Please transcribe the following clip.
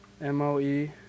M-O-E